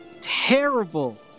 terrible